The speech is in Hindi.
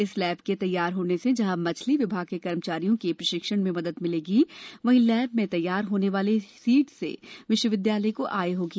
इस लैब के तैयार होने से जहां मत्स्य विभाग के कर्मचारियों के प्रशिक्षण में मदद मिलेगी वहीं लैब में तैयार होने वाले सीडस से विश्वविद्यालय को आय भी होगी